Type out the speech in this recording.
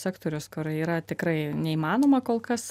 sektorius kur yra tikrai neįmanoma kol kas